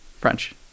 French